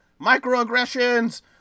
Microaggressions